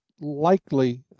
likely